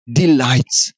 delights